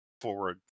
forward